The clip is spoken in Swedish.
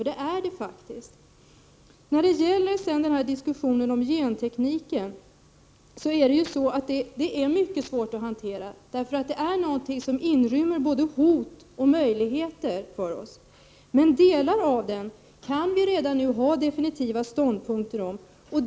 Det är nämligen viktig forskning. När det sedan gäller diskussionen om gentekniken vill jag säga att den problematiken är mycket svår att hantera. Gentekniken inrymmer både hot och möjligheter för oss. Men i fråga om delar av den kan vi redan nu inta definitiva ståndpunkter.